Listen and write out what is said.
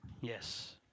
Yes